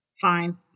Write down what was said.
fine